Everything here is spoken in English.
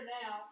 now